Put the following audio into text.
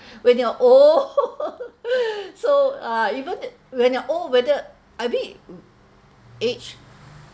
when you're old so uh even when you're old whether I mean age